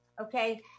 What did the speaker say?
Okay